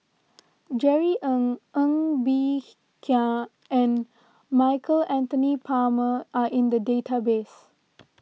Jerry Ng Ng Bee Kia and Michael Anthony Palmer are in the database